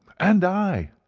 and i,